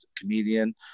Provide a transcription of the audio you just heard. comedian